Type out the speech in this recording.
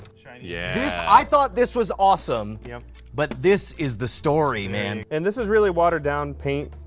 yeah. this, i thought this was awesome. yeah but this is the story, man. and this is really watered-down paint.